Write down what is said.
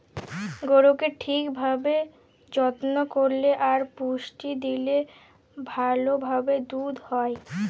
গরুকে ঠিক ভাবে যত্ন করল্যে আর পুষ্টি দিলে ভাল ভাবে দুধ হ্যয়